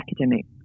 academic